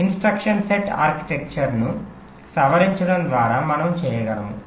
instruction set ఆర్కిటెక్చర్ను సవరించడం ద్వారా మనము చేయగలము